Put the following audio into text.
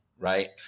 right